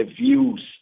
views